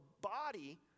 body